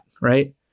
right